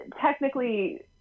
technically